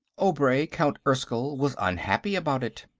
obray, count erskyll, was unhappy about it.